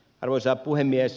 arvoisa puhemies